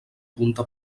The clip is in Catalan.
punta